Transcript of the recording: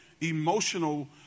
emotional